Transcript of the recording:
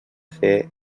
fer